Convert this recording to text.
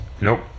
Nope